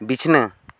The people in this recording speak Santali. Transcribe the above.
ᱵᱤᱪᱷᱱᱟᱹ